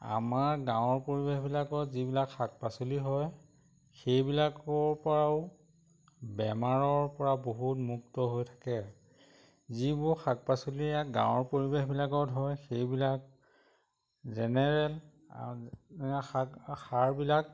আমাৰ গাঁৱৰ পৰিৱেশবিলাকত যিবিলাক শাক পাচলি হয় সেইবিলাকৰ পৰাও বেমাৰৰ পৰা বহুত মুক্ত হৈ থাকে যিবোৰ শাক পাচলি গাঁৱৰ পৰিৱেশবিলাকত হয় সেইবিলাক জেনেৰেল শাক সাৰবিলাক